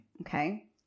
Okay